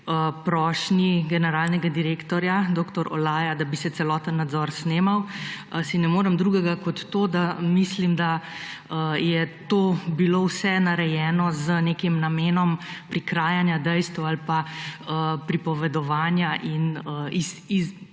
prošnji generalnega direktorja dr. Olaja, da bi se celotni nadzor snemal si ne morem drugega kot to, da mislim, da je bilo vse narejeno z nekim namenom prikrajanja dejstev ali pa pripovedovanja in podajanja